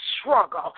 struggle